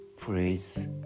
please